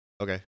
Okay